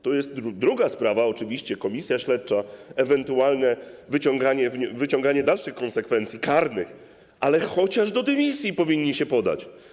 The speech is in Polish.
To jest druga sprawa: oczywiście komisja śledcza, ewentualne wyciąganie dalszych konsekwencji karnych, ale chociaż do dymisji oni powinni się podać.